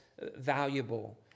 valuable